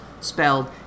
spelled